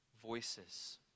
voices